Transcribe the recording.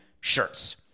shirts